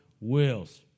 wills